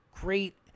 great